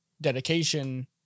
dedication